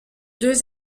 deux